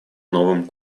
новым